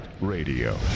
Radio